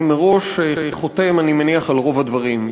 אני מראש חותם, אני מניח, על רוב הדברים.